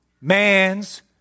man's